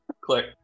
click